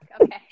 Okay